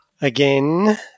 again